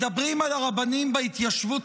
מדברים על הרבנים בהתיישבות